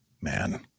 Man